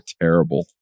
terrible